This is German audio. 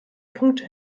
punkte